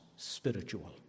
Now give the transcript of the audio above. Spiritual